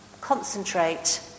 concentrate